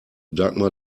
dagmar